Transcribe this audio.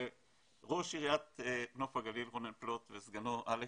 ראש עיריית נוף הגליל רונן פלוט וסגנו אלכס.